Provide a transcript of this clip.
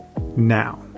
now